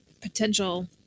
potential